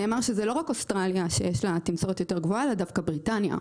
נאמר שלא רק אוסטרליה יש לה תמסורת יותר גבוהה אלא דווקא בריטניה.